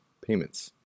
payments